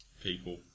people